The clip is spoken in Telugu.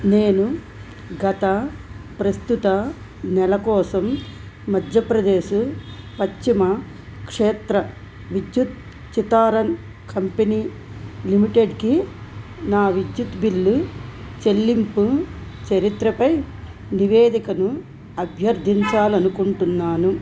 నేను గత ప్రస్తుత నెల కోసం మధ్యప్రదేశ్ పశ్చిమ క్షేత్ర విద్యుత్ వితరన్ కంపెనీ లిమిటెడ్కి నా విద్యుత్ బిల్లు చెల్లింపు చరిత్రపై నివేదికను అభ్యర్థించాలి అనుకుంటున్నాను